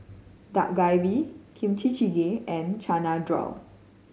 Dak Galbi Kimchi Jjigae and Chana Dal